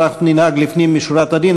אבל אנחנו ננהג לפנים משורת הדין,